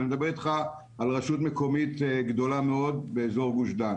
ואני מדבר אתך על רשות מקומית גדולה מאוד באזור גוש דן